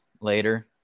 later